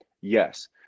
Yes